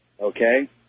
Okay